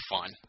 fun